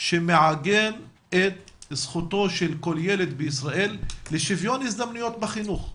שמעגן את זכותו של כל ילד בישראל לשוויון הזדמנויות בחינוך.